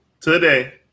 today